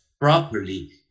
properly